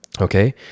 okay